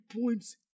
points